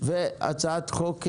והצעת חוק דומה: